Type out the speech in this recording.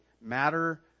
matter